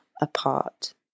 apart